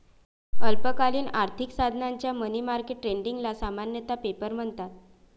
अल्पकालीन आर्थिक साधनांच्या मनी मार्केट ट्रेडिंगला सामान्यतः पेपर म्हणतात